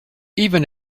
even